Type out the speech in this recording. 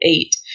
eight